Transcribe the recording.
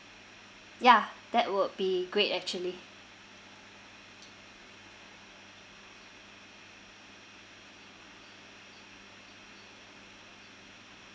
ya that would be great actually